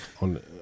on